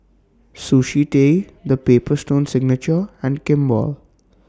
Sushi Tei The Paper Stone Signature and Kimball